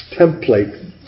template